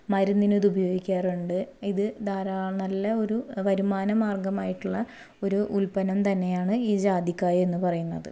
മരുന്നിന് അത് ഉപയോഗിക്കാറുണ്ട് ഇത് നല്ല ഒരു വരുമാന മാര്ഗമായിട്ടുള്ള ഒരു ഉല്പന്നം തന്നെയാണ് ഈ ജാതിക്ക എന്ന് പറയുന്നത്